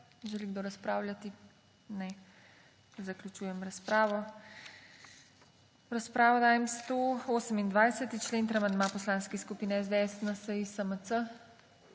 Želi kdo razpravljati? Ne. Zaključujem razpravo. V razpravo dajem 128. člen ter amandma poslanskih skupin SDS, NSi in SMC.